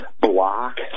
block